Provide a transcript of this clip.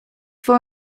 for